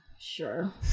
Sure